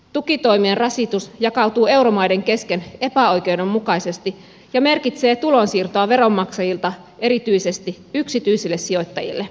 tukitoimien rasitus jakautuu euromaiden kesken epäoikeudenmukaisesti ja merkitsee tulonsiirtoa veronmaksajilta erityisesti yksityisille sijoittajille